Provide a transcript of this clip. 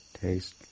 taste